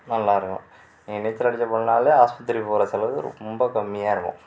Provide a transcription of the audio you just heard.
நல்லாயிருக்கும் நீங்கள் நீச்சல் அடித்த பின்னாளே ஆஸ்பத்திரி போகிற செலவு ரொம்ப கம்மியாக இருக்கும்